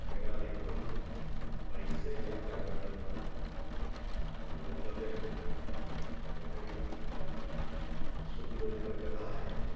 मेरा अधिकतम बाइक से यात्रा करने का जो गंतव्य है वो करीब पाँच सौ किलोमीटर का रहा है